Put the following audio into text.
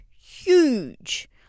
huge